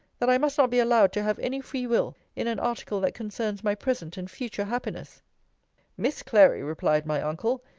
that i must not be allowed to have any free-will in an article that concerns my present and future happiness miss clary, replied my uncle,